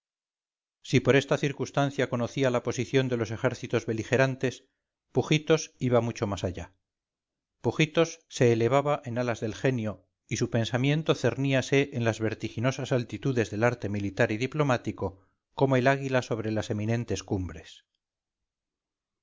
si por esta circunstancia conocía la posición de los ejércitos beligerantes pujitos iba mucho más allá pujitos se elevaba en alas del genio y su pensamiento cerníase en las vertiginosas altitudes del arte militar y diplomático como el águila sobre las eminentes cumbres